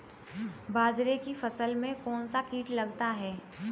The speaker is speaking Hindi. बाजरे की फसल में कौन सा कीट लगता है?